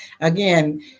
Again